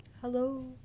hello